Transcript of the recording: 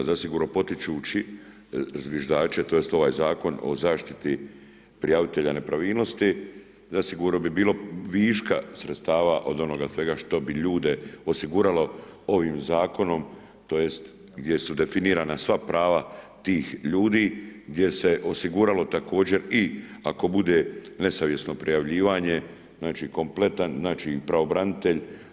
Zasigurno potičući zviždače, tj. ovaj Zakon o zaštiti prijavitelja nepravilnosti, zasigurno bi bilo viška sredstava od onoga svega što bi ljude osiguralo ovim Zakonom, tj. gdje su definirana sva prava tih ljudi, gdje se osiguralo također i ako bude nesavjesno prijavljivanje, znači, kompletan, znači, pravobranitelj.